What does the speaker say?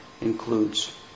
includes